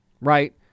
right